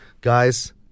guys